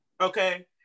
Okay